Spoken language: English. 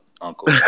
Uncle